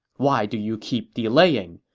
why do you keep delaying?